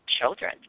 children